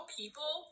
people